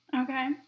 Okay